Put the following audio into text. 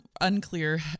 unclear